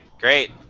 great